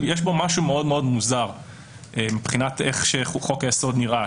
יש בו משהו מאוד מאוד מוזר מבחינת איך חוק היסוד נראה,